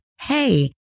hey